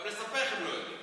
גם לספח הם לא יודעים.